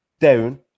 down